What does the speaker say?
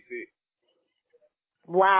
Wow